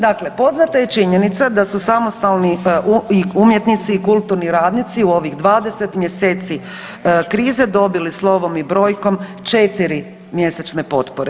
Dakle, poznata je činjenica da su samostalni umjetnici i kulturni radnici u ovih 20 mjeseci krize dobili slovom i brojkom 4 mjesečne potpore.